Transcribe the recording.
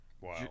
Wow